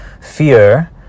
fear